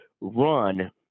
run